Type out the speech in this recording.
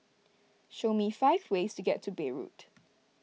show me five ways to get to Beirut